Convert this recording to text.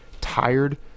tired